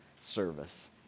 service